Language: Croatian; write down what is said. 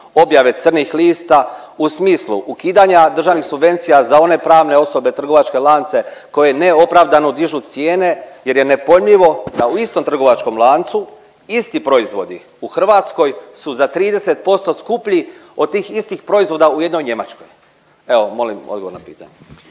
objave crnih lista, u smislu ukidanja državnih subvencija za one pravne osobe trgovačke lance koji neopravdano dižu cijene jer je nepojmljivo da u istom trgovačkom lancu isti proizvodi u Hrvatskoj su za 30% skuplji od tih istih proizvoda u jednoj Njemačkoj. Evo molim odgovor na pitanje.